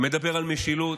מדבר על משילות,